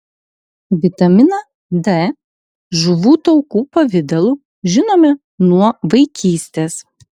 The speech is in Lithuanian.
vitaminą d žuvų taukų pavidalu žinome nuo vaikystės